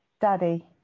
Daddy